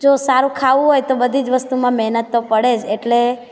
જો સારું ખાવું હોય તો બધી જ વસ્તુમાં મહેનત તો પડે જ એટલે